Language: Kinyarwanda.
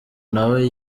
nawe